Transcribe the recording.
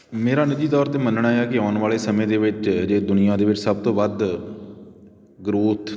ਮੇਰਾ ਨਿੱਜੀ ਤੌਰ 'ਤੇ ਮੰਨਣਾ ਹੈ ਕਿ ਆਉਣ ਵਾਲੇ ਸਮੇਂ ਦੇ ਵਿੱਚ ਜੇ ਦੁਨੀਆ ਦੇ ਵਿੱਚ ਸਭ ਤੋਂ ਵੱਧ ਗਰੋਥ